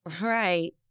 Right